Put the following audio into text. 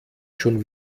schon